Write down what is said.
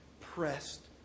pressed